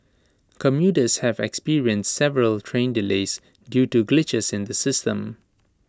commuters have experienced several train delays due to glitches in the system